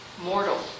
mortal